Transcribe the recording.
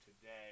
today